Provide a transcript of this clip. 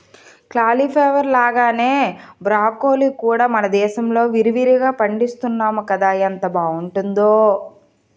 cauliflower లాగానే broccoli కూడా మనదేశంలో విరివిరిగా పండిస్తున్నాము కదా ఎంత బావుంటుందో